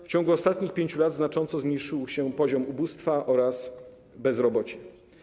W ciągu ostatnich 5 lat znacząco zmniejszył się poziom ubóstwa oraz bezrobocia.